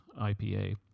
IPA